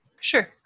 Sure